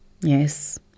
Yes